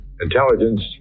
intelligence